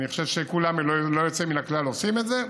אני חושב שכולם ללא יוצא מן הכלל עושים את זה,